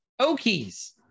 okies